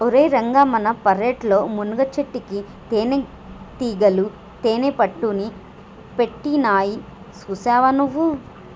ఓరై రంగ మన పెరట్లో వున్నచెట్టుకి తేనటీగలు తేనెపట్టుని పెట్టినాయి సూసావా నువ్వు